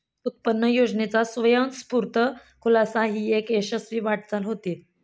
उत्पन्न योजनेचा स्वयंस्फूर्त खुलासा ही एक यशस्वी वाटचाल होती